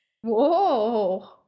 Whoa